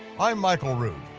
i'm michael rood,